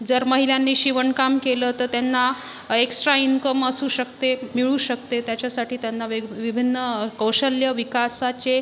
जर महिलांनी शिवणकाम केलं तर त्यांना एक्स्ट्रॉ इन्कम असू शकते मिळू शकते त्याच्यासाठी त्यांना वेग विभिन्न कौशल्य विकासाचे